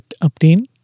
obtain